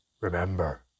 Remember